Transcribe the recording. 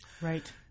right